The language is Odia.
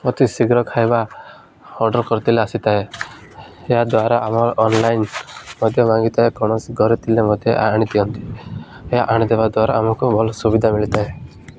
ଅତି ଶୀଘ୍ର ଖାଇବା ଅର୍ଡ଼ର୍ କରିଥିଲେ ଆସିଥାଏ ଏହାଦ୍ୱାରା ଆମର ଅନଲାଇନ୍ ମଧ୍ୟ ମାଗିଥାଏ କୌଣସି ଘରେ ଥିଲେ ମଧ୍ୟ ଆଣି ଦିଅନ୍ତି ଏହା ଆଣି ଦେବା ଦ୍ୱାରା ଆମକୁ ଭଲ ସୁବିଧା ମିଳିଥାଏ